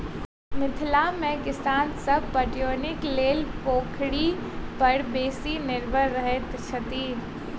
मिथिला मे किसान सभ पटौनीक लेल पोखरि पर बेसी निर्भर रहैत छथि